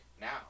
now